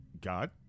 God